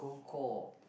chore